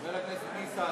חבר הכנסת ניסן,